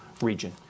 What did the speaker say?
region